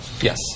Yes